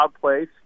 place